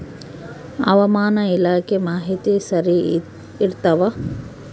ಹವಾಮಾನ ಇಲಾಖೆ ಮಾಹಿತಿ ಸರಿ ಇರ್ತವ?